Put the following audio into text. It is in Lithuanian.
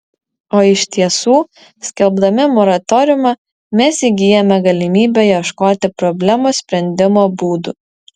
o iš tiesų skelbdami moratoriumą mes įgyjame galimybę ieškoti problemos sprendimo būdų